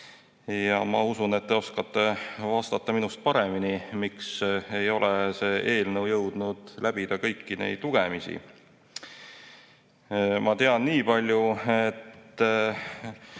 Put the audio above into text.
ja ma usun, et te oskate vastata minust paremini, miks ei ole see eelnõu jõudnud läbida kõiki lugemisi. Ma tean nii palju, et